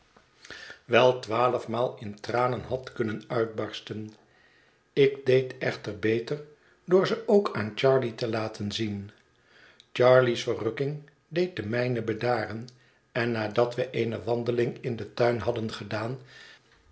wel twaalfmaal in tranen had kunnen uitbarsten ik deed echter beter door ze ook aan charley te laten zien charley's verrukking deed de mijne bedaren en nadat wij eene wandeling in den tuin hadden gedaan